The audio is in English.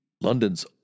London's